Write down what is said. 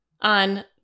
on